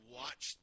watch